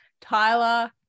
tyler